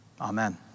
Amen